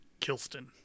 Kilston